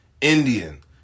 Indian